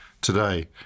today